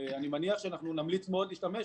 אני מניח שנמליץ להשתמש,